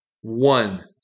one